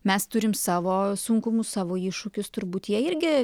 mes turim savo sunkumus savo iššūkius turbūt jie irgi